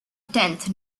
tenth